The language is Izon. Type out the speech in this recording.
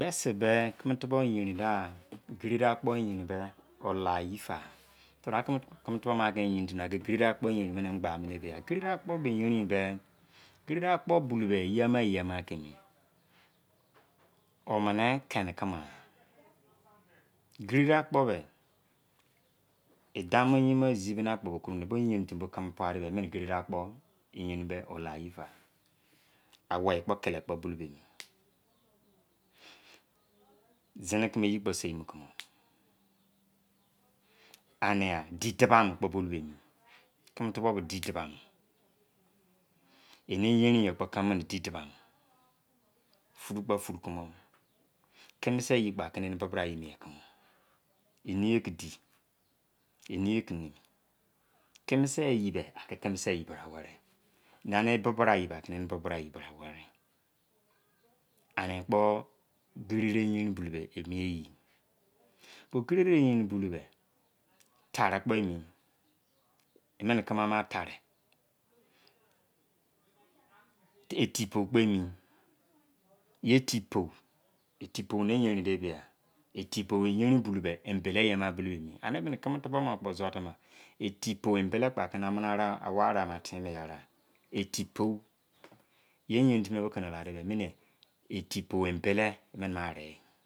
Gbesi be kimi tubou yerin da gerde akpo yerin bẹ ọ layi fa. Tibra ki kimi tubọu mị aki yerin timi na ki gerede akpo yerin minẹ gba mo de bia gerede akpo be yerin yi be gerede akpo bulou be eye ama eye ama ki emi omini kẹni kimi ghan an geredẹ akpo be, e dau mọ e yin mọ e zi mini akpo bo koromọ dọ bẹ e bo yerin timi bo kimi pua de bia emini gerede akpo yaerin be o la yi fa awei kpo kle kpọ bulou bẹ emi zini kimi eyi kpo seino kumo nia didụbama kpọ bulou be emi kimi tụbọu bẹ di dụbamo emi yerin yi yo kpo kimi sẹ eyi kpọ akị ni eni bo bra yi mien kumo eni ye ki di eniye kenemi. kimise eyi be aki kimi se eyi bra wei eniani bo bra yi kọn eni bobra yi weri ani kpọ gerede yerin bulou be emi eyi bo gerede yerin bulou be tari kpo emi emini kimi ama tari etipou kpo emi ye etipou etipou ni yerin de bia etipou yerin bulou bẹ embele eye ama bulou be emi. Ani bibi ni kimi tubou ama kpo zụa tain ama "etipou-embele kon aki mini awoua ari ama tin yi be ye aarigha?